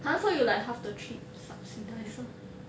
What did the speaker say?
ha so you like half the trip subsidised ah